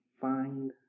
find